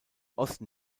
osten